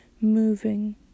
moving